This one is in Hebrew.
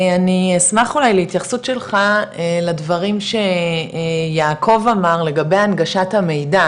אני אשמח אולי להתייחסות שלך לדברים שיעקב אמר לגבי הנגשת המידע,